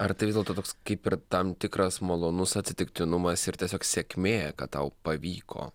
ar tai vis dėlto toks kaip ir tam tikras malonus atsitiktinumas ir tiesiog sėkmė kad tau pavyko